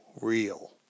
real